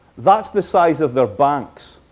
that's the size of their banks.